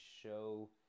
show